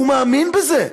הוא מאמין בזה.